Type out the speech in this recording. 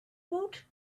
woot